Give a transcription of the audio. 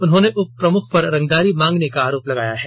उन्होंने उपप्रमुख पर रांगदारी मांगने का आरेप लगाया है